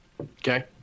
Okay